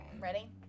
Ready